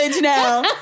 now